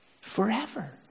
forever